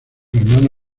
hermano